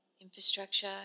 infrastructure